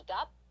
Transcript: up